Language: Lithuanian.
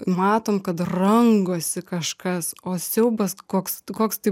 matom kad rangosi kažkas o siaubas koks koks tai